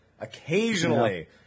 Occasionally